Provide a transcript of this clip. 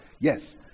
yes